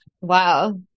Wow